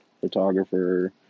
photographer